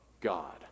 God